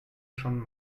schon